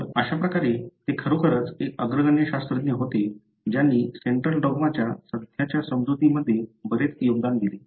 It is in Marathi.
तर अशाप्रकारे ते खरोखरच एक अग्रगण्य शास्त्रज्ञ होते ज्यांनी सेंट्रल डॉग्माच्या सध्याच्या समजुतीमध्ये बरेच योगदान दिले